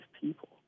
people